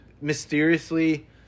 mysteriously